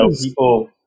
people